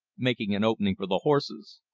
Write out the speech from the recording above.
making an opening for the horses.